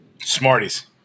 Smarties